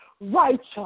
righteous